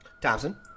Thompson